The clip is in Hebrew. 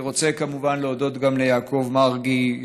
אני רוצה כמובן להודות גם ליעקב מרגי,